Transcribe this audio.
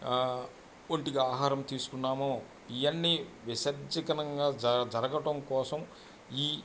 ఒంటికి ఆహారం తీసుకున్నామో ఇవన్నీ విసర్జీకనంగా జరగటం కోసం ఈ